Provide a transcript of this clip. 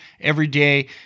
everyday